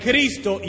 Cristo